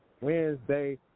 Wednesday